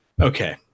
Okay